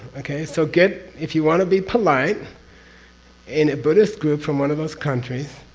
okay? so get. if you want to be polite in a buddhist group from one of those countries,